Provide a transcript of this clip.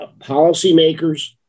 policymakers